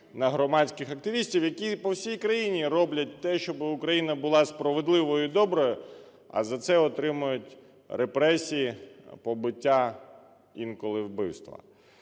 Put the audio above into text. на громадських активістів, які по всій країні роблять те, щоб Україна була справедливою і доброю, а за це отримують репресії, побиття, інколи вбивства.